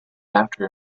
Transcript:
after